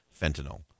fentanyl